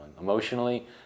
Emotionally